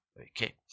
Okay